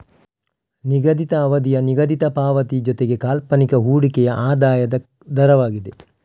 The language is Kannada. ನಿಗದಿತ ಅವಧಿಯ ನಿಗದಿತ ಪಾವತಿ ಜೊತೆಗೆ ಕಾಲ್ಪನಿಕ ಹೂಡಿಕೆಯ ಆದಾಯದ ದರವಾಗಿದೆ